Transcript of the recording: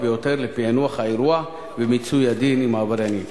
ביותר לפענוח האירוע ומיצוי הדין עם העבריינים.